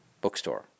bookstore